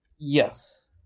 Yes